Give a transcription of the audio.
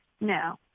No